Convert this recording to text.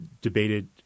debated